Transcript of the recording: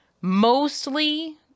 mostly